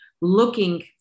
looking